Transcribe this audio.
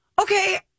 okay